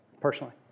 Personally